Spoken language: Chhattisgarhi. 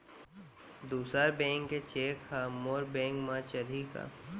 दूसर बैंक के चेक ह मोर बैंक म चलही का?